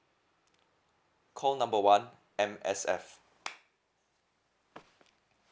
call number one M_S_F